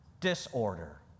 disorder